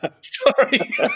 sorry